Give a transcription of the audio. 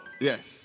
Yes